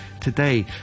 today